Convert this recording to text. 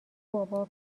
بابا